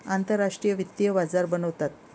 आंतरराष्ट्रीय वित्तीय बाजार बनवतात